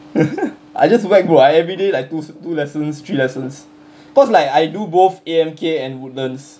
I just whack bro I everyday like two two lessons three lessons cause like I do both A_M_K and woodlands